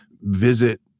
visit